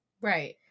right